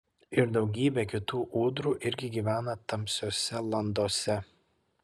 ir daugybė kitų ūdrų irgi gyvena tamsiose landose